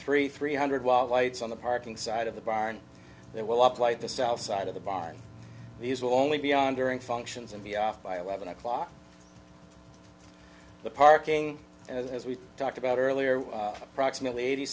three three hundred watt lights on the parking side of the barn that will apply this outside of the barn these will only be on during functions and be off by eleven o'clock the parking as we talked about earlier with approximately eighty